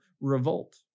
revolt